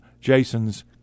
Jason's